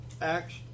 acts